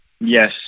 Yes